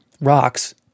rocks